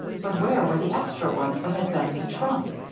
but where were the extra ones that had been in the trunk?